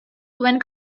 when